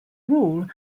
rule